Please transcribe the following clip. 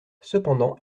cependant